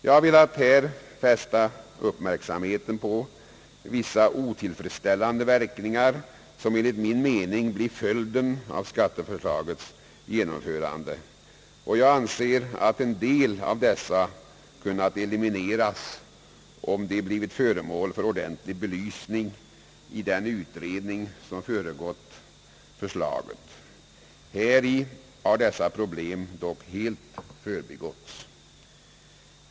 Jag har velat fästa uppmärksamheten på vissa otillfredsställande verkningar som skatteförslagets genomförande skulle få enligt min mening. Jag anser att en del av dessa kunnat elimineras, om de blivit ordentligt belysta i den utredning som föregått förslaget. Här har dessa problem dock helt förbigåtts.